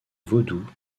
vaudou